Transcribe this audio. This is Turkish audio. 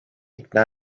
ikna